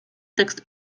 tekst